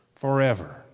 forever